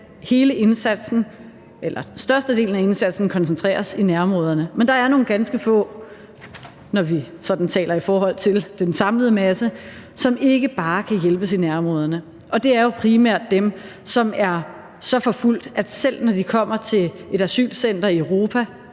størstedelen af indsatsen koncentreres i nærområderne. Men der er nogle ganske få, når vi sådan taler i forhold til den samlede masse, som ikke bare kan hjælpes i nærområderne, og det er jo primært dem, som er så forfulgt, at selv når de kommer til et asylcenter i Europa,